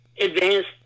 advanced